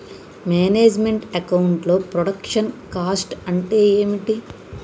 Manage meant account లో production cost అంటే ఏమిటి?